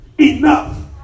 enough